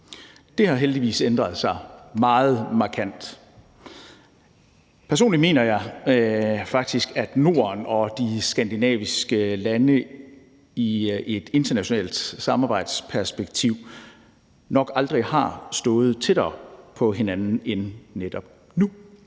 Det har heldigvis ændret sig meget markant. Personligt mener jeg faktisk, at Norden og de skandinaviske lande set i et internationalt samarbejdsperspektiv nok aldrig har stået tættere på hinanden end netop nu.